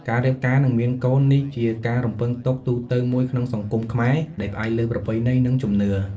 ការរៀបការ និងការមានកូន នេះជាការរំពឹងទុកទូទៅមួយក្នុងសង្គមខ្មែរដែលផ្អែកលើប្រពៃណី និងជំនឿ។